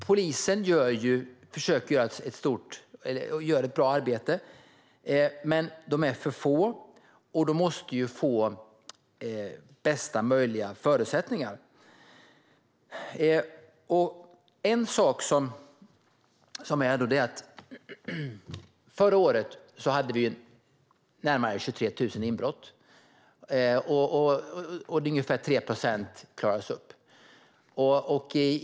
Polisen gör ett bra arbete, men de är för få så de borde få bästa möjliga förutsättningar. Förra året hade vi närmare 23 000 inbrott. Ungefär bara 3 procent klaras upp.